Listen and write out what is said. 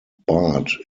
bart